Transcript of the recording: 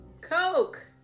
coke